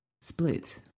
split